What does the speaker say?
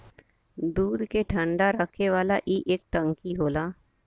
दूध के ठंडा रखे वाला ई एक टंकी होला